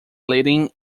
leading